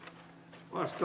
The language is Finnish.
arvoisa